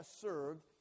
served